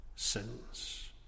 sins